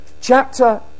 chapter